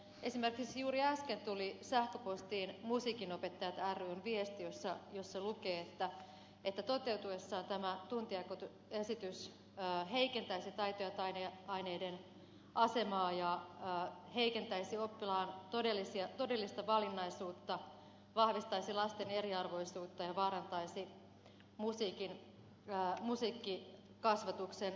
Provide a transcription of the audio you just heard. esimerkiksi juuri äsken tuli sähköpostiin musiikinopettajat ryn viesti jossa lukee että toteutuessaan tämä tuntijakoesitys heikentäisi taito ja taideaineiden asemaa ja heikentäisi oppilaan todellista valinnaisuutta vahvistaisi lasten eriarvoisuutta ja vaarantaisi musiikkikasvatuksen ylipäätään